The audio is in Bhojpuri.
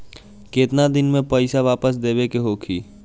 केतना दिन में पैसा वापस देवे के होखी?